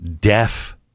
deaf